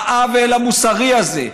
העוול המוסרי הזה,